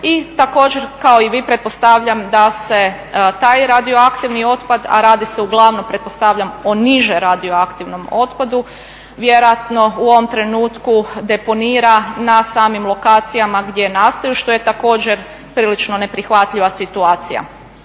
I također kao i vi pretpostavljam da se taj radioaktivni otpad, a radi se uglavnom pretpostavljam o niže radioaktivnom otpadu vjerojatno u ovom trenutku deponira na samim lokacijama gdje nastaju što je također prilično neprihvatljiva situacija.